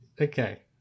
Okay